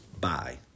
Bye